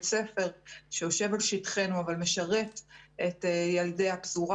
ספר שיושב על שטחנו אבל משרת את ילדי הפזורה.